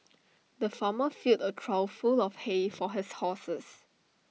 the farmer filled A trough full of hay for his horses